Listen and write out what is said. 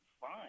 fine